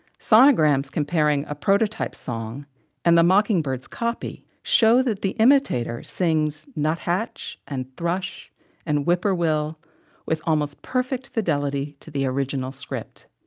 sonograms comparing a prototype song and the mockingbird's copy show that the imitator sings nuthatch and thrush and whip-poor-will with almost perfect fidelity to the original script.